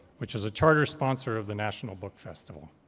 which is a charter sponsor of the national book festival.